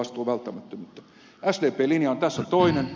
sdpn linja on tässä toinen